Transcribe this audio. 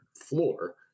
floor